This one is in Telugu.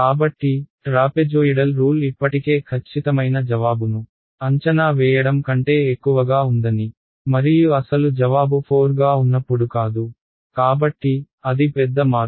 కాబట్టి ట్రాపెజోయిడల్ రూల్ ఇప్పటికే ఖచ్చితమైన జవాబును అంచనా వేయడం కంటే ఎక్కువగా ఉందని మరియు అసలు జవాబు 4 గా ఉన్నప్పుడు కాదు కాబట్టి అది పెద్ద మార్పు